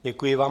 Děkuji vám.